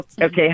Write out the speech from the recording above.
Okay